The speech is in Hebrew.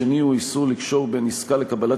השני הוא איסור לקשור בין עסקה לקבלת